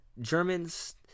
Germans